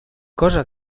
cosa